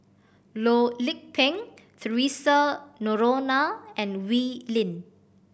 Loh Lik Peng Theresa Noronha and Wee Lin